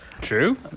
true